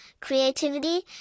creativity